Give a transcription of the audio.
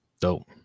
dope